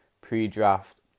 pre-draft